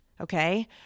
okay